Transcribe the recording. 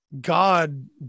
god